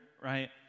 right